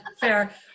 fair